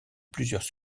plusieurs